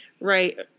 right